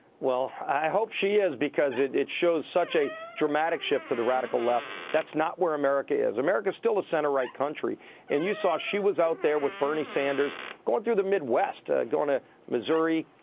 well i hope she is, because it it shows such a dramatic shift to the radical left. that's not where america is. america is still a center right country and you saw she was out there with bernie sanders going through the midwest, ah going to missouri.